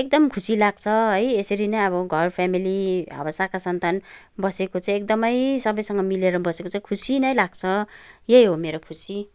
एकदम खुसी लाग्छ है यसरी नै अब घर फेमिली अब शाखा सन्तान बसेको चाहिँ एकदमै सबैसँग मिलेर बसेको चाहिँ खुसी नै लाग्छ यही हो मेरो खुसी